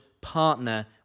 partner